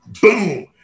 boom